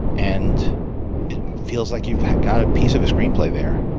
and it feels like you've got a piece of a screenplay there.